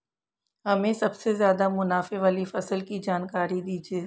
हमें सबसे ज़्यादा मुनाफे वाली फसल की जानकारी दीजिए